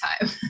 time